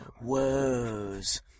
woes